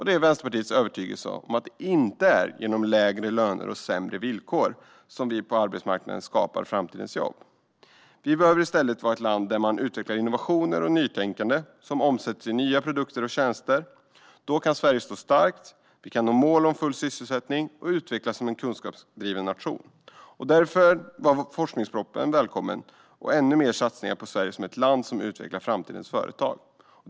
Det är Vänsterpartiets övertygelse att det inte är genom lägre löner och sämre villkor på arbetsmarknaden som vi skapar framtidens jobb. Vi behöver i stället vara ett land där vi utvecklar innovationer och nytänkande som omsätts i nya produkter och tjänster. Då kan Sverige stå starkt, nå målet om full sysselsättning och utvecklas som en kunskapsdriven nation. Därför var forskningspropositionen välkommen med ännu mer satsningar på Sverige som ett land som utvecklar framtidens företag.